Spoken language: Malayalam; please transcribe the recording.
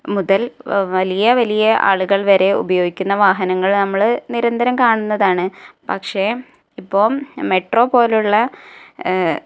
മുതൽ വലിയ വലിയ ആളുകൾ വരെ ഉപയോഗിക്കുന്ന വാഹനങ്ങൾ നമ്മള് നിരന്തരം കാണുന്നതാണ് പക്ഷേ ഇപ്പോള് മെട്രോ പോലുള്ള